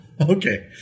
Okay